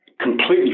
completely